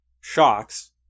shocks